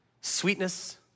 sweetness